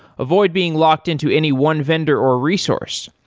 avoid being locked-in to any one vendor or resource.